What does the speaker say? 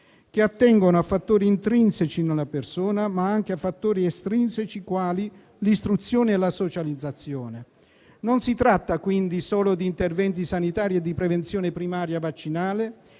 che attengono a fattori intrinseci in una persona, ma anche a fattori estrinseci, quali l'istruzione e la socializzazione. Non si tratta, quindi, solo di interventi sanitari e di prevenzione primaria e vaccinale,